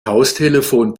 haustelefon